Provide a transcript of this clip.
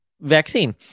vaccine